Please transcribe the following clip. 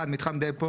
1. מתחם דפו.